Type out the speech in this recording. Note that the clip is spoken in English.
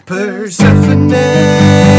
Persephone